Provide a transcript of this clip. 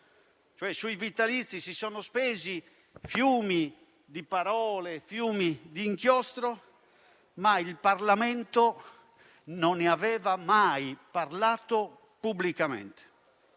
sui vitalizi si sono spesi fiumi di parole e di inchiostro, ma il Parlamento non ne aveva mai parlato pubblicamente;